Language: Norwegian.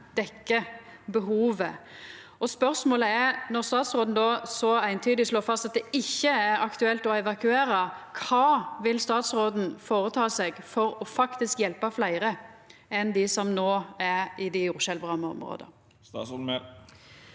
dekkjer behovet. Spørsmålet er: Når statsråden så eintydig slår fast at det ikkje er aktuelt å evakuera, kva vil statsråden føreta seg for faktisk å hjelpa fleire enn dei som no er i dei jordskjelvramma områda? Statsråd